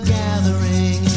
gathering